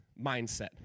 mindset